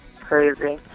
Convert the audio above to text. Crazy